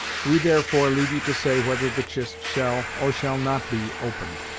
we therefore leave you to say whether the chist shall, or shall not be opened.